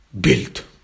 built